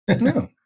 No